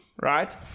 right